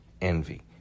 envy